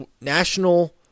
National